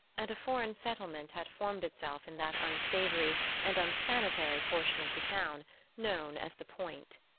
and a foreign settlement had formed itself in that unsavory and unsanitary portion of the town known as the point.